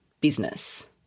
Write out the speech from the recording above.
business